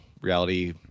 reality